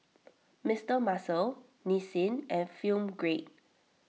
Mister Muscle Nissin and Film Grade